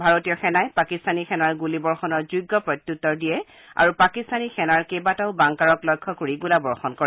ভাৰতীয় সেনাই পাকিস্তানী সেনাৰ গুলীবৰ্যণৰ যোগ্য প্ৰত্যুত্তৰ দিয়ে আৰু পাকিস্তানী সেনাৰ কেইবাটাও বাংকাৰক লক্ষ্য কৰি গোলাবৰ্যণ কৰে